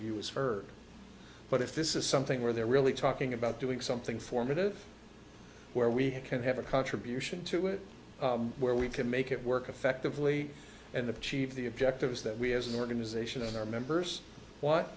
view is heard but if this is something where they're really talking about doing something formative where we have can have a contribution to it where we can make it work effectively and the chief the objectives that we as an organisation and our members what